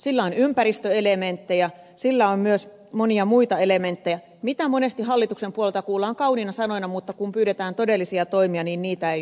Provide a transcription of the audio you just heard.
sillä on ympäristöelementtejä sillä on myös monia muita elementtejä joita monesti hallituksen puolelta kuullaan kauniina sanoina mutta kun pyydetään todellisia toimia niin niitä ei ole